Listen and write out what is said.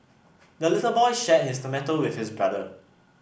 the little boy shared his tomato with his brother